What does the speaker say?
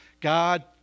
God